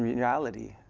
reality,